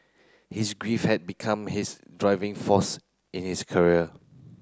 his grief had become his driving force in his career